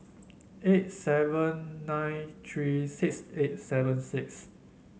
eight seven nine three six eight seven six